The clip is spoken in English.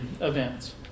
events